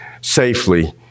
safely